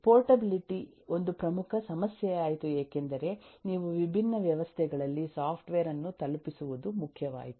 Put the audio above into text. portability ಒಂದು ಪ್ರಮುಖ ಸಮಸ್ಯೆಯಾಯಿತು ಏಕೆಂದರೆ ನೀವು ವಿಭಿನ್ನ ವ್ಯವಸ್ಥೆಗಳಲ್ಲಿ ಸಾಫ್ಟ್ವೇರ್ ಅನ್ನು ತಲುಪಿಸುವುದು ಮುಖ್ಯವಾಯಿತು